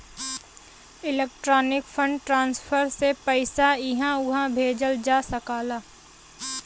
electronic fund transfer से पइसा इहां उहां भेजल जा सकला